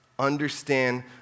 understand